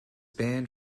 banned